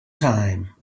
time